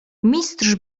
mistrz